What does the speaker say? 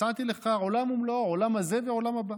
הצעתי לך עולם ומלואו, העולם הזה והעולם הבא.